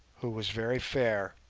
who was very fair,